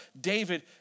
David